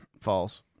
False